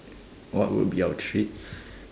what would be our treats